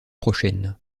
prochaine